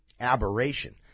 aberration